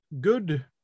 good